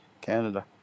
Canada